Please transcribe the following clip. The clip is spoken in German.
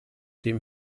dem